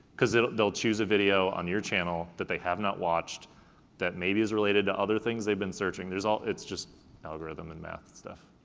cause they'll they'll choose a video on your channel that they have not watched that maybe is related to other things they've been searching, there's all, it's algorithm and math stuff.